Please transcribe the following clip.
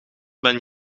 ben